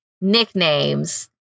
nicknames